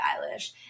Eilish